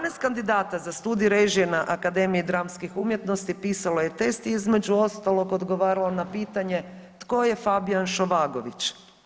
17 kandidata za studij režije na Akademiji dramskih umjetnosti pisalo je test i između ostalog odgovaralo na pitanje tko je Fabijan Šovagović.